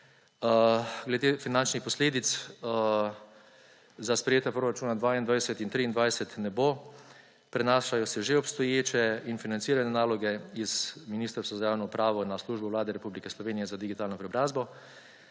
Glede finančnih posledic za sprejetje proračuna 2021 in 2023 ne bo, prenašajo se že obstoječe in financirane naloge iz Ministrstva za javno upravo na Službo Vlade Republike Slovenije za digitalno preobrazbo.